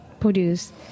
produce